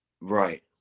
Right